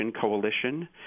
Coalition